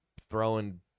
throwing